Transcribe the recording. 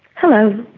hello.